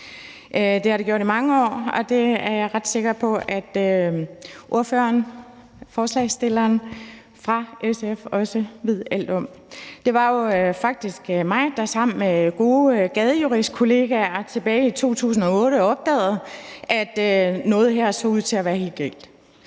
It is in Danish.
Det har det gjort i mange år, og det er jeg ret sikker på at ordføreren for forslagsstillerne fra SF også ved alt om. Det var jo faktisk mig, der sammen med gode Gadejuristkollegaer tilbage i 2008 opdagede, at noget her så ud til at være helt galt.